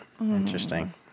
Interesting